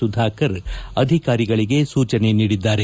ಸುಧಾಕರ್ ಅಧಿಕಾರಿಗಳಿಗೆ ಸೂಚನೆ ನೀಡಿದ್ದಾರೆ